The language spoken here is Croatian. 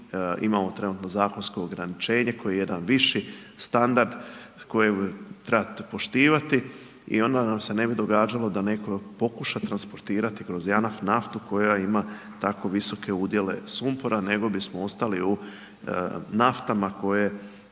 imamo trenutno zakonsko ograničenje koje je jedan viši standard kojeg trebate poštivati i onda nam se ne bi događalo da netko pokuša transportirati kroz JANAF naftu koja ima tako visoke udjele sumpora, nego bismo ostali u naftama koje